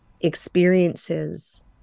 experiences